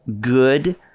good